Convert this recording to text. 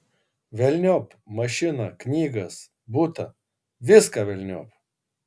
velniop mašiną knygas butą viską velniop